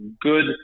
good